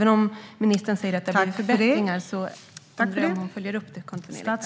Ministern säger att det har skett förbättringar, men jag undrar om hon följer upp detta kontinuerligt.